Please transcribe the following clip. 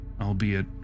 Albeit